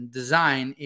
design